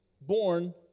born